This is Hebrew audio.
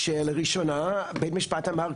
כשלראשונה בית משפט אמר,